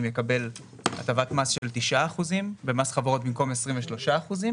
יקבל הטבת מס של 9 אחוזים ומס חברות במקום 23 אחוזים,